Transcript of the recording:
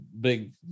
big